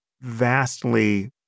vastly